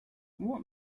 what